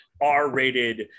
R-rated